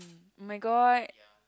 my god